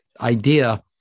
idea